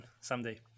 someday